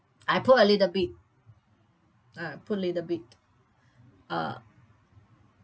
I put a little ah put little bit uh